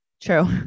True